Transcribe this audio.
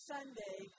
Sunday